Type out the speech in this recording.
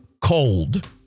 cold